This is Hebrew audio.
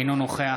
אינו נוכח